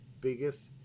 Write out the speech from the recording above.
biggest